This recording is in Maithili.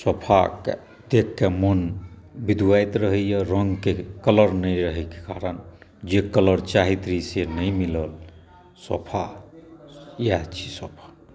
सोफाकेँ देखिके मन विधुआइत रहैए रङ्गके कलर नहि रहैके कारण रङ्ग जे कलर चाहैत रही से नहि मिलल सोफा इएह छी सोफा